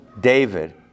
David